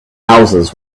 houses